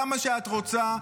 כמה שאת רוצה,